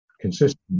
consistent